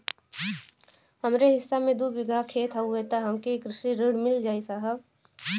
हमरे हिस्सा मे दू बिगहा खेत हउए त हमके कृषि ऋण मिल जाई साहब?